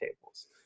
tables